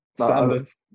Standards